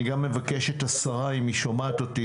אני גם אבקש את השרה לשעבר, אם היא שומעת אותי,